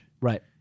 right